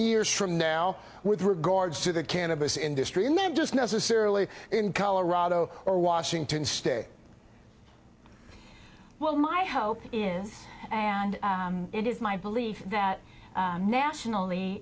years from now with regards to the cannabis industry in the just necessarily in colorado or washington state well my hope is and it is my belief that nationally